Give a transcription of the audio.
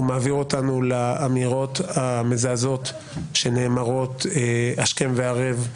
הוא מעביר אותנו לאמירות המזעזעות שנאמרות השכם והערב,